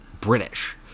british